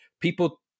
people